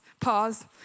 Pause